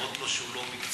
אומרות לו שהוא לא מקצועי.